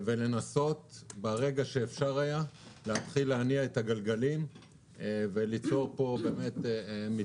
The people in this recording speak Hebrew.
ולנסות כאשר אפשר היה להתחיל להניע את הגלגלים וליצור פה מתווים,